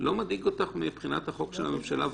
לא מדאיג אותך מבחינת החוק של הממשלה?